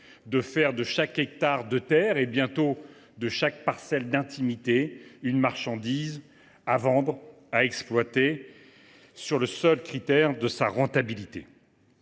de faire de chaque hectare de terre, et bientôt de chaque parcelle d’intimité, une marchandise à vendre, à exploiter, sur le seul critère de sa rentabilité.